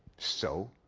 so?